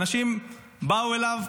אנשים באו אליו,